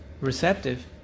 receptive